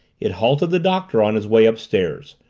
it halted the doctor on his way upstairs,